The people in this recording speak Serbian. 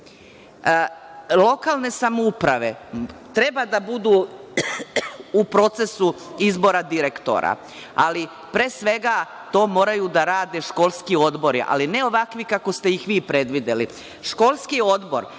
mnogo? Lokalne samouprave treba da budu u procesu izbora direktora, ali pre svega to moraju da rade školski odbori, ali ne ovako kako ste ih vi predvideli. Školski odbor,